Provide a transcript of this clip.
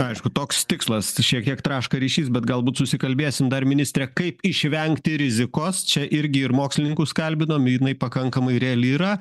aišku toks tikslas šiek tiek traška ryšys bet galbūt susikalbėsim dar ministre kaip išvengti rizikos čia irgi ir mokslininkus kalbinom jinai pakankamai reali yra